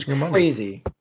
crazy